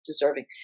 deserving